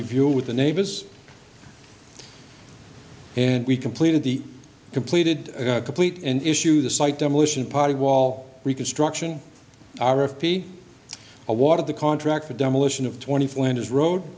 review with the neighbors and we completed the completed complete and issue the site demolition party wall reconstruction our of p awarded the contract for demolition of twenty flinders road